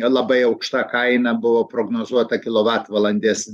labai aukšta kaina buvo prognozuota kilovatvalandės